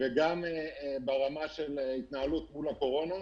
וגם ברמה של ההתנהלות מול הקורונה.